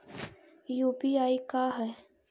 UPI का है?